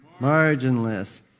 marginless